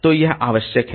तो यह आवश्यक है